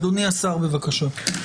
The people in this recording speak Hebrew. אדוני השר, בבקשה.